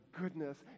goodness